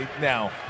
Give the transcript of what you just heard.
now